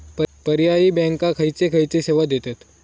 पर्यायी बँका खयचे खयचे सेवा देतत?